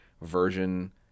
version